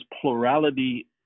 plurality